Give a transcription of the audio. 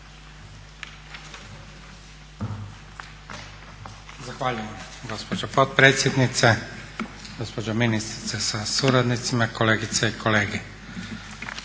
Hvala vam